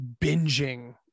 binging